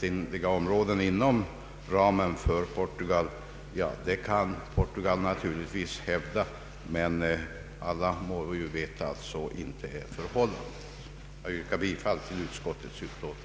gäller områden inom ramen för Portugal självt, men alla må vi ju veta att så inte är förhållandet. Jag yrkar bifall till utskottets utlåtande.